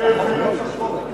להזכיר מי העביר את החוק.